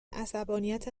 عصبانیت